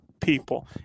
people